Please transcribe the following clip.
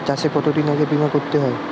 চাষে কতদিন আগে বিমা করাতে হয়?